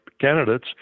candidates